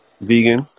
vegan